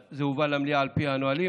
זה הובא למליאה על פי הנהלים.